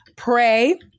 Pray